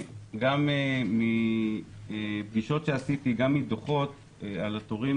גם מפגישות שערכתי וגם מדוחות על התורים,